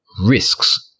risks